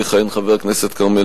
יכהן חבר הכנסת כרמל